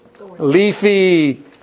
leafy